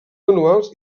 manuals